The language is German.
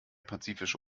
pazifische